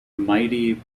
mighty